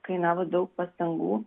kainavo daug pastangų